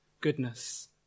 goodness